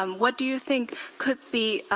um what do you think could be.